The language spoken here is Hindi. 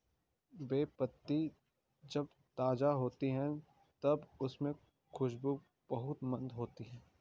बे पत्ती जब ताज़ा होती है तब उसमे खुशबू बहुत मंद होती है